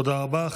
תודה רבה.